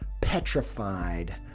petrified